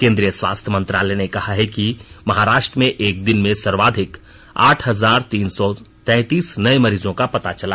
केंद्रीय स्वास्थ्य मंत्रालय ने कहा है कि महाराष्ट्र में एक दिन में सर्वाधिक आठ हजार तीन सौ तैंतीस नए मरीजों का पता चला